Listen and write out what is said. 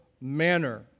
manner